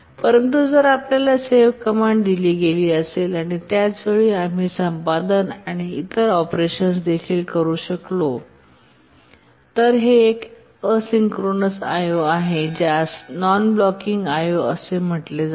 परंतु जर आपल्याला सेव्ह कमांड दिली गेली असेल आणि त्याच वेळी आम्ही संपादन आणि इतर ऑपरेशन्स देखील करू शकलो आहोत तर हे एक एसिंक्रोनस I O आहे ज्यास नॉन ब्लॉकिंग IO असेही म्हटले जाते